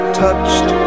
touched